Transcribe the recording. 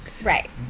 Right